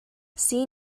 see